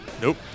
Nope